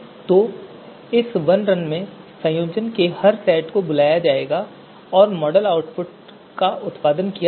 तो इस वनरन में संयोजन के हर सेट को बुलाया जाएगा और मॉडल परिणाम आउटपुट का उत्पादन किया जाएगा